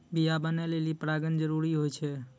बीया बनै लेलि परागण जरूरी होय छै